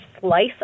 slice